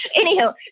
anyhow